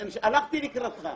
--- יש לך עוד זמן,